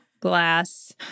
glass